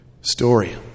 story